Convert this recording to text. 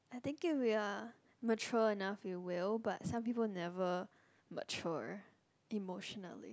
I think if we are mature enough we will but some people never mature emotionally